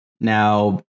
now